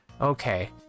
Okay